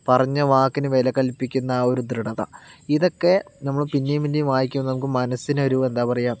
പറഞ്ഞ വാക്കിനു വില കൽപ്പിക്കുന്ന ആ ഒരു ദൃഢത ഇതൊക്കെ നമ്മൾ പിന്നെയും പിന്നെയും വായിക്കുന്ന നമുക്ക് മനസ്സിന് ഒരു എന്താ പറയുക